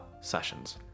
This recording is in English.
sessions